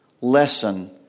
lesson